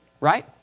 Right